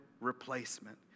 replacement